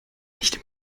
nicht